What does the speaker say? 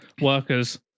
workers